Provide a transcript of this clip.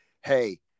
hey